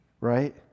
right